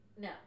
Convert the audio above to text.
No